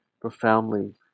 profoundly